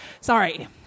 Sorry